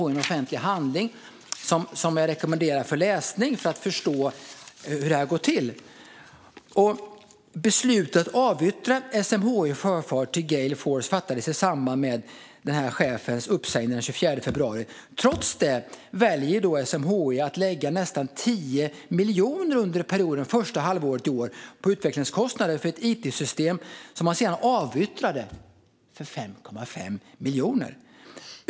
Det är en offentlig handling som jag rekommenderar för läsning så att man förstår hur det hela har gått till. Beslutet att avyttra SMHI Sjöfart till Gale Force fattades i samband med uppsägningen av den aktuelle chefen den 24 februari. Trots det valde SMHI att under det första halvåret i år lägga nästan 10 miljoner på utvecklingskostnader för ett it-system som man sedan avyttrade för 5,5 miljoner.